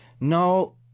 No